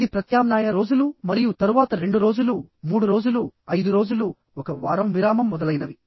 ఇది ప్రత్యామ్నాయ రోజులు మరియు తరువాత 2 రోజులు 3 రోజులు 5 రోజులు ఒక వారం విరామం మొదలైనవి